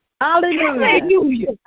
Hallelujah